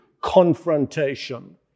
confrontation